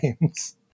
games